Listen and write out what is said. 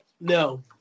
No